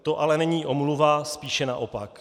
To ale není omluva, spíše naopak.